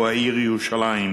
הוא העיר ירושלים.